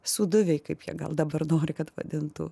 sūduviai kaip jie gal dabar nori kad vadintų